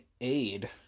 aid